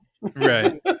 right